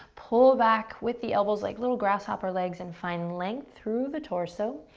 pull back with the elbows like little grasshopper legs, and find length through the torso.